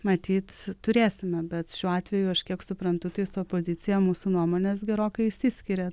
matyt turėsime bet šiuo atveju aš kiek suprantu tai su opozicija mūsų nuomonės gerokai išsiskiria